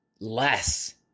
less